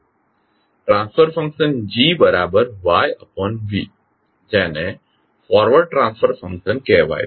transfer function જેને forward transfer function કહેવાય છે